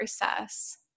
process